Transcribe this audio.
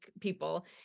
people